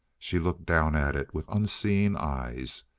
she looked down at it with unseeing eyes.